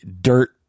dirt